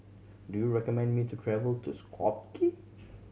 do you recommend me to travel to Skopje